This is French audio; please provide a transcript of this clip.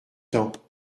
temps